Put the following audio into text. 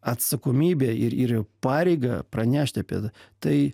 atsakomybę ir ir pareigą pranešti apie tai